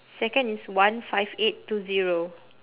second is one five eight two zero